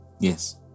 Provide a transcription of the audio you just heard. Yes